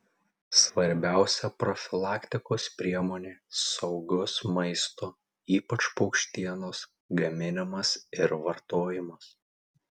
svarbiausia profilaktikos priemonė saugus maisto ypač paukštienos gaminimas ir vartojimas